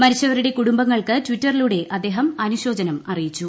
മരിച്ചവരുടെ കുടുംബങ്ങൾക്ക് ട്ടിറ്ററിലൂടെ അദ്ദേഹം അനുശോചനം അറിയിച്ചു